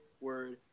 word